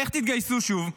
איך תתגייסו שוב?